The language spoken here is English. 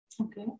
Okay